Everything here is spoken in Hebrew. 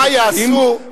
מה יעשו,